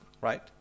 Right